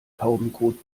taubenkot